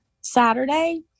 Saturday